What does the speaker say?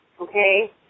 okay